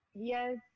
yes